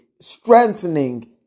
strengthening